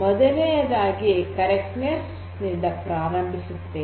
ಮೊದಲನೆಯದಾಗಿ ಸರಿಯಾದತೆಯಿಂದ ಪ್ರಾರಂಭಿಸುತ್ತೇನೆ